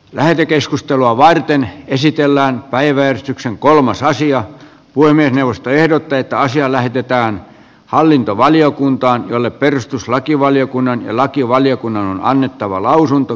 lähetekeskustelua varten esitellään päiväystyksen kolmas asia puhemiesneuvosto ehdottaa että asia lähetetään hallintovaliokuntaan jolle perustuslakivaliokunnan ja lakivaliokunnan on annettava lausunto